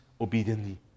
obediently